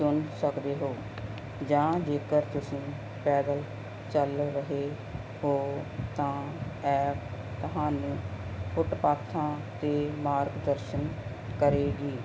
ਚੁਣ ਸਕਦੇ ਹੋ ਜਾਂ ਜੇਕਰ ਤੁਸੀਂ ਪੈਦਲ ਚੱਲ ਰਹੇ ਹੋ ਤਾਂ ਐਪ ਤੁਹਾਨੂੰ ਫੁੱਟਪਾਥਾਂ 'ਤੇ ਮਾਰਗ ਦਰਸ਼ਨ ਕਰੇਗੀ